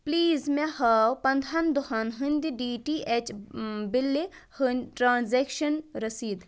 please مےٚ ہاو پَندہَن دۄہن ہٕنٛدِ ڈی ٹی ایٚچ بِلہِ ہٕنٛدۍ ٹرانزیٚکشن رٔسیٖد